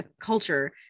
culture